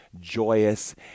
joyous